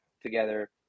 together